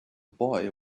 boy